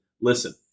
listen